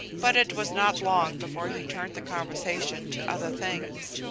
but it was not long before he turned the conversation to other things,